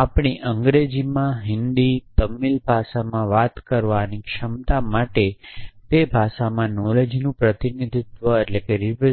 આપણી અંગ્રેજીમાં હિન્દી તમિલ ભાષામાં વાત ક્ષમતા માટે તે ભાષામાં નોલેજનું પ્રતિનિધિત્વ